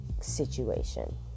situation